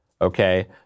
okay